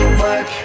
work